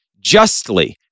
justly